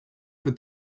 for